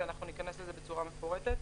נפרט את זה.